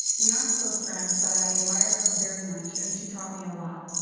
we aren't close friends, but i admire her very much and she taught me a lot.